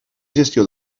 gestió